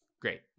Great